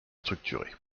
structuré